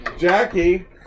Jackie